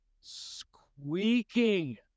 squeaking